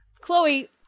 Chloe